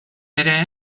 ere